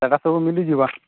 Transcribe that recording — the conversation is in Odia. ସେଟା ସବୁ ମିଳିଯିବ